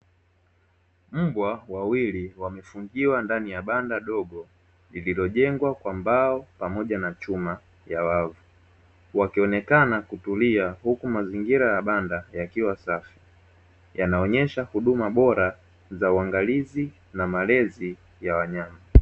Mbwa wawili wamefungiwa ndani ya banda dogo lililojengwa kwa mbao pamoja na chuma ya wavu. Wakionekana kutulia huku mazingira ya banda yakiwa safi, yanaonyesha huduma bora za uangalizi na malezi ya wanyama.